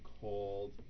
called